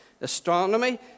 astronomy